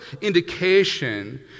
indication